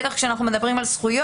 בטח כאשר אנחנו מדברים על זכויות,